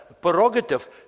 Prerogative